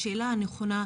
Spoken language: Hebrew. השאלה הנכונה,